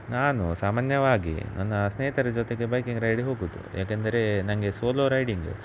ನಾನು ಸಾಮಾನ್ಯವಾಗಿ ನನ್ನ ಸ್ನೇಹಿತರ ಜೊತೆಗೆ ಬೈಕಿಂಗ್ ರೈಡಿಗೆ ಹೋಗುದು ಯಾಕೆಂದರೆ ನನಗೆ ಸೋಲೋ ರೈಡಿಂಗ್